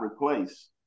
replace